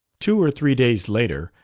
two or three days later,